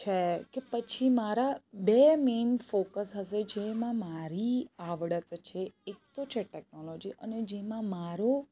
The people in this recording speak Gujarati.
છે કે પછી મારા બે મેઈન ફોકસ હશે જેમાં મારી આવડત છે એક તો છે ટેક્નોલોજી અને જેમાં મારો